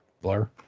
blur